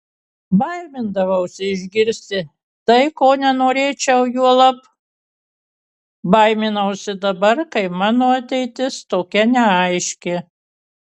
baimindavausi išgirsti tai ko nenorėčiau juolab baiminausi dabar kai mano ateitis tokia neaiški